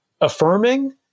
affirming